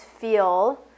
feel